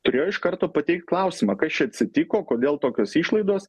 turėjo iš karto pateikt klausimą kas čia atsitiko kodėl tokios išlaidos